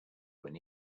when